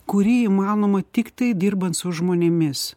kuri įmanoma tiktai dirbant su žmonėmis